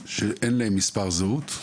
אלה שאין להם מספר זהות.